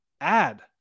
add